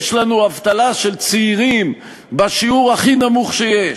יש לנו אבטלה של צעירים בשיעור הכי נמוך שיש.